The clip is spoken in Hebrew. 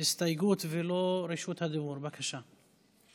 הסתייגות ולו רשות הדיבור, בבקשה.